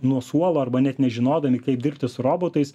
nuo suolo arba net nežinodami kaip dirbti su robotais